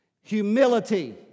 humility